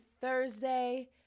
Thursday